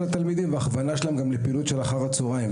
תלמידים וגם הכוונה שלהם לפעילות של אחר הצהריים.